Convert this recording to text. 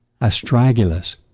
astragalus